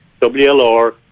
WLR